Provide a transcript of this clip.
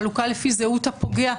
חלוקה לפי זהות הפוגע.